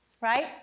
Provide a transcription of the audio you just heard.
right